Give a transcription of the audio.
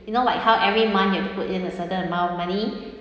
you know like how every month you have to put in a certain amount of money